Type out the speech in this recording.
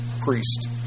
priest